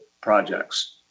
projects